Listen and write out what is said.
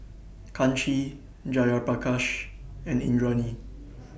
Kanshi Jayaprakash and Indranee